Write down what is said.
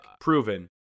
Proven